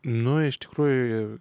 nu iš tikrųjų